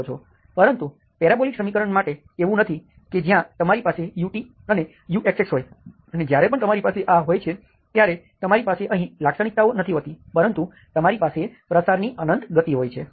પરંતુ પેરાબોલિક સમીકરણ માટે એવું નથી કે જ્યાં તમારી પાસે ut અને uxxહોય અને જ્યારે પણ તમારી પાસે આ હોય છે ત્યારે તમારી પાસે અહીં લાક્ષણિકતાઓ નથી હોતી પરંતુ તમારી પાસે પ્રસારની અનંત ગતિ હોય છે